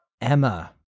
Emma